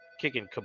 kicking